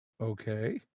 Okay